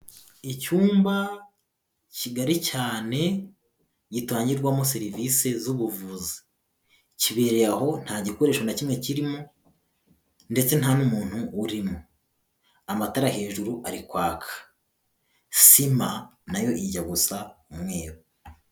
Icyumba kigari cyane gitangirwamo serivisi z'ubuvuzi, kibereye aho nta gikoresho na kimwe kirimo ndetse nta n'umuntu urimo, amatara hejuru ari kwaka, sima nayo ijya gusa umweru.